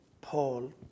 Paul